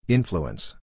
Influence